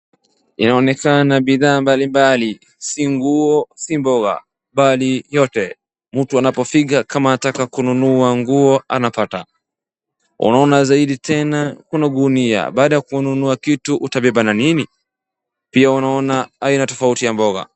Inaonekana bidhaa mbalimbali, si nguo, si mboga bali yote. Mtu anapofika anataka kununua nguo anapata. Unaona zaidi tena hakuna gunia, baada ya kununua kitu utabeba na nini? Pia unaona aina tofauti ya mboga.